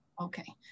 Okay